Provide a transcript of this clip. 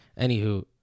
Anywho